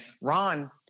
Ron